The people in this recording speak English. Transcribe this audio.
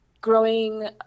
growing